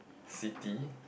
city